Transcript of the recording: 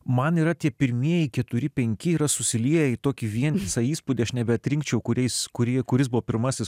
man yra tie pirmieji keturi penki yra susilieję į tokį vientisą įspūdį aš nebetrikdžiau kuriais kurie kuris buvo pirmasis